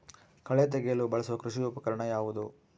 ಕಳೆ ತೆಗೆಯಲು ಬಳಸುವ ಕೃಷಿ ಉಪಕರಣ ಯಾವುದು?